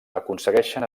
aconsegueixen